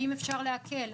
האם אפשר להקל,